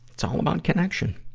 it's all about connection.